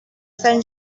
sant